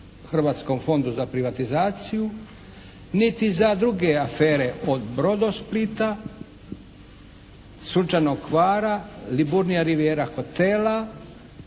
Hrvatskom fondu za privatizaciju niti za druge afere od Brodosplita, Sunčanog Hvara, Liburnija Rivijera hotela,